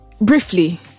briefly